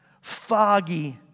foggy